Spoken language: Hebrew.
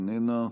איננה,